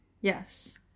Yes